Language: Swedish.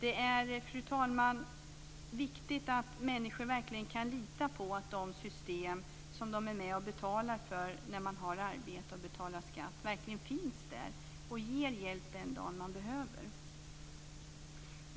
Det är, fru talman, viktigt att människor verkligen kan lita på att de system som de är med och betalar för när de har arbete och betalar skatt verkligen finns där och ger hjälp den dag man behöver dem.